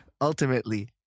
Ultimately